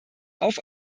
auf